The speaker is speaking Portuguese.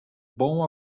bom